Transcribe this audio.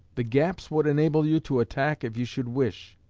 the gaps would enable you to attack if you should wish.